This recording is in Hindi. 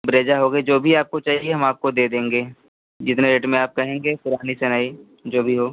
ब्रेजा हो गई जो भी आपको चाहिए हम आपको दे देंगे जितने रेट में आप कहेंगे पुरानी से नहीं जो भी हो